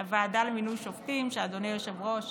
לוועדה למינוי שופטים, שאדוני היושב-ראש